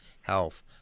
Health